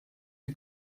die